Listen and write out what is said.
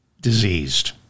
diseased